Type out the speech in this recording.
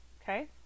Okay